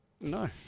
No